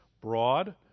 Broad